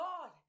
God